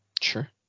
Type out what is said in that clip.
sure